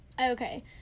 okay